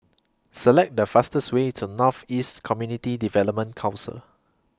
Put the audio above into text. Select The fastest Way to North East Community Development Council